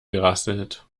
gerasselt